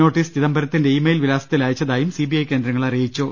notice ചിദംബരത്തിന്റെ email വിലാസത്തിൽ അയച്ചതായും സിബിഐ കേന്ദ്രങ്ങൾ അറിയിച്ചു